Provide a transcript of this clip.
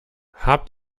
habt